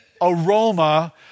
aroma